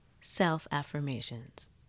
self-affirmations